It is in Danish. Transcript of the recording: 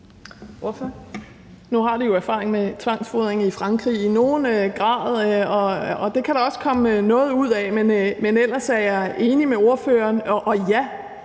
grad erfaring med tvangsfodring i Frankrig, og det kan der også komme noget ud af, men ellers er jeg enig med ordføreren. Og ja,